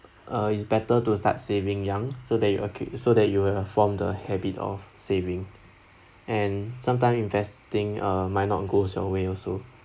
uh it's better to start saving young so that you accu~ so that you will form the habit of saving and sometime investing uh might not goes your way also